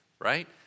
right